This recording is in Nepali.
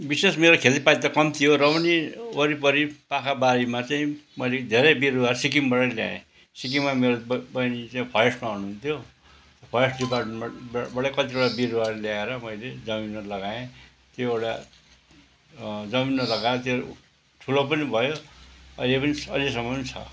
विशेष मेरो खेतीपाती त कम्ती हो र पनि वरिपरि पाखा बारीमा चाहिँ मैले धेरै बिरूवा सिक्किमबाट ल्याएँ सिक्किममा मेरो ब बहिनी चाहिँ फरेस्टमा हुनुहुन्थ्यो फरेस्ट डिपार्टमेन्टबाट कतिवटा बिरूवाहरू ल्याएर मैले जमिनमा लगाएँ त्यो एउटा जमिनमा लगाएर त्यो ठुलो पनि भयो अहिले पनि अझैसम्म पनि छ